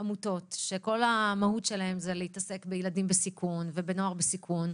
עמותות שכל המהות שלהן זה להתעסק בילדים בסיכון ובנוער בסיכון,